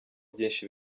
byinshi